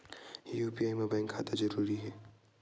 UPI मा bank खाता जरूरी हे?